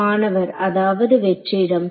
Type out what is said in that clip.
மாணவர் அதாவது வெற்றிடம்